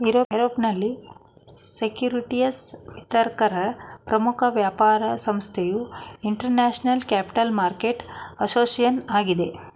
ಯುರೋಪ್ನಲ್ಲಿ ಸೆಕ್ಯೂರಿಟಿಸ್ ವಿತರಕರ ಪ್ರಮುಖ ವ್ಯಾಪಾರ ಸಂಸ್ಥೆಯು ಇಂಟರ್ನ್ಯಾಷನಲ್ ಕ್ಯಾಪಿಟಲ್ ಮಾರ್ಕೆಟ್ ಅಸೋಸಿಯೇಷನ್ ಆಗಿದೆ